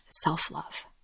self-love